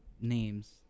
names